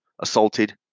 assaulted